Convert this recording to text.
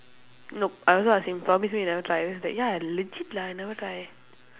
no I also ask him promise me you never try then he was like ya I legit lah I never try